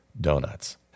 donuts